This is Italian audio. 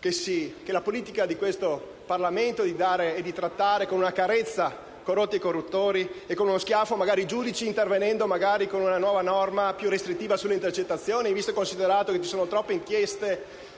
cioè che la politica di questo Parlamento è di trattare con una carezza corrotti e corruttori e con uno schiaffo i giudici, intervenendo magari con una nuova norma più restrittiva sulle intercettazioni, visto e considerato che ci sono troppe inchieste